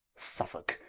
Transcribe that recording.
suffolke,